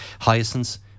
Hyacinths